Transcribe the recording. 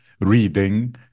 reading